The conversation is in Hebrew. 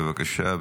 בבקשה,